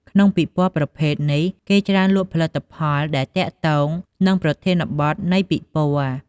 ក្នុងពិព័រណ៍ប្រភេទនេះ គេច្រើនលក់ផលិតផលដែលទាក់ទងនឹងប្រធានបទនៃពិព័រណ៍។